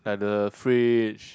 like the fridge